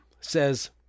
says